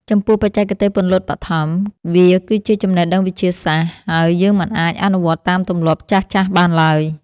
ចំពោះ បច្ចេកទេសពន្លត់បឋម វាគឺជាចំណេះដឹងវិទ្យាសាស្ត្រ ហើយយើងមិនអាចអនុវត្តតាមទម្លាប់ចាស់ៗបានឡើយ។